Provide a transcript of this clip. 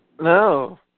No